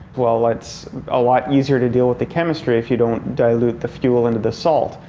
well it's a lot easier to deal with the chemistry if you don't dilute the fuel into the salt.